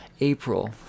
April